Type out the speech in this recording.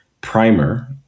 Primer